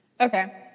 Okay